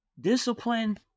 Discipline